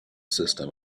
system